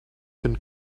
can